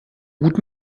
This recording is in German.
gut